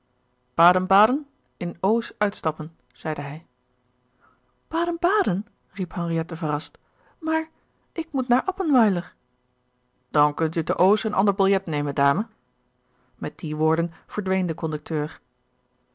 nazien baden-baden in oos uitstappen zeide hij baden-baden riep henriette verrast maar ik moet naar appenweiler dan kunt u te oos een ander biljet nemen dame met die woorden verdween de conducteur